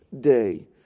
day